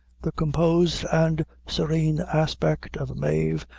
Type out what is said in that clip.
the composed and serene aspect of mave,